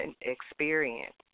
experience